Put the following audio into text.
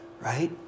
right